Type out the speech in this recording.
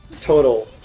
Total